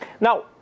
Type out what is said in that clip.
Now